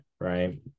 right